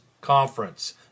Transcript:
conference